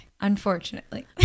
Unfortunately